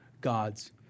God's